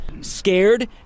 Scared